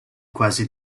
quasi